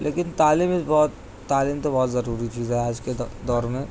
لیکن تعلیم ایک بہت تعلیم تو بہت ضروری چیز ہے آج کے دور میں